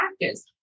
practice